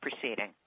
proceeding